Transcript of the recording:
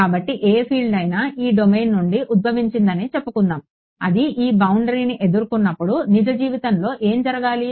కాబట్టి ఏ ఫీల్డ్ అయినా ఈ డొమైన్ నుండి ఉద్భవించిందని చెప్పుకుందాం అది ఈ బౌండరీను ఎదుర్కొన్నప్పుడు నిజ జీవితంలో ఏమి జరగాలి